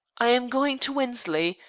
i am going to wensley,